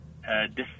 different